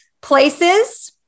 places